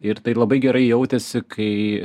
ir tai labai gerai jautėsi kai